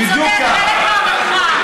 הוא צודק, בדיוק כך.